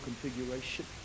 configuration